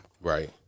Right